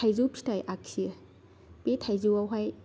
थायजौ फिथाय आखियो बे थायजौआवहाय